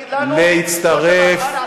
תגיד לנו מה נעשה?